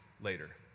later